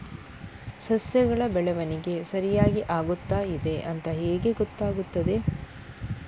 ಸಸ್ಯಗಳ ಬೆಳವಣಿಗೆ ಸರಿಯಾಗಿ ಆಗುತ್ತಾ ಇದೆ ಅಂತ ಹೇಗೆ ಗೊತ್ತಾಗುತ್ತದೆ?